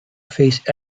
face